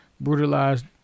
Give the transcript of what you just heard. brutalized